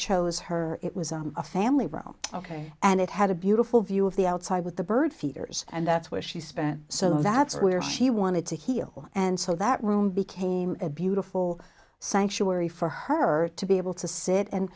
chose her it was a family room ok and it had a beautiful view of the outside with the bird feeders and that's where she spent so that's where she wanted to heal and so that room became a beautiful sanctuary for her to be able to sit and